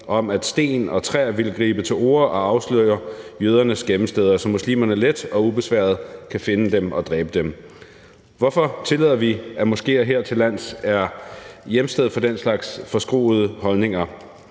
om, at sten og træer ville gribe til orde og afsløre jødernes gemmesteder, så muslimerne let og ubesværet ville kunne finde dem og dræbe dem. Hvorfor tillader vi, at moskéer hertillands er hjemsted for den slags forskruede holdninger?